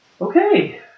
Okay